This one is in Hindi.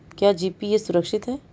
क्या जी.पी.ए सुरक्षित है?